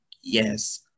Yes